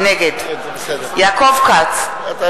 נגד יעקב כץ,